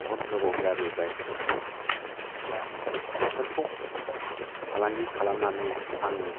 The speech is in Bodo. बहत गोबाव जाबोबाय आं दा बेफोरखौ फालांगि खालामनानै आङो